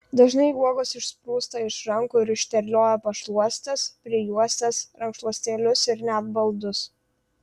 dažnai uogos išsprūsta iš rankų ir išterlioja pašluostes prijuostes rankšluostėlius ir net baldus